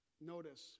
Notice